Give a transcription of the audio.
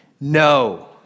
No